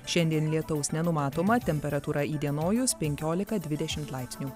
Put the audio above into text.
šiandien lietaus nenumatoma temperatūra įdienojus penkiolika dvidešimt laipsnių